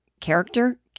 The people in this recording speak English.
character